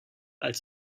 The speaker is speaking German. als